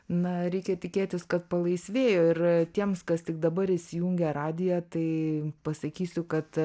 na reikia tikėtis kad palaisvėjo ir tiems kas tik dabar įsijungia radiją tai pasakysiu kad